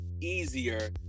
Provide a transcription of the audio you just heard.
easier